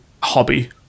hobby